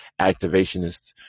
activationists